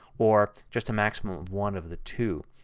or just a maximum of one of the two.